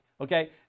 Okay